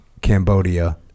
Cambodia